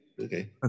Okay